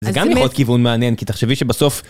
זה גם יכול להיות כיוון מעניין, כי תחשבי שבסוף...